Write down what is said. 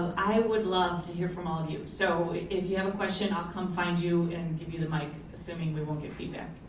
i would love to hear from all of you. so if you have a question, i'll come find you and give you the mic assuming we won't get feedback.